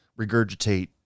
regurgitate